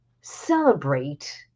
celebrate